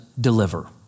deliver